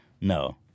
No